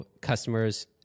Customers